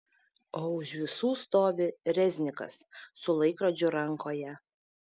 o už visų stovi reznikas su laikrodžiu rankoje